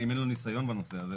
אם אין לו ניסיון בנושא הזה,